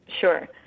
Sure